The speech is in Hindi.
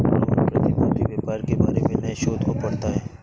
रोहन प्रतिभूति व्यापार के बारे में नए शोध को पढ़ता है